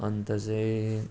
अन्त चाहिँ